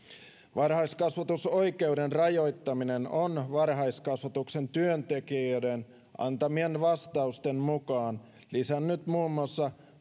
varhaiskasvatusoikeuden rajoittaminen on varhaiskasvatuksen työntekijöiden antamien vastausten mukaan lisännyt muun muassa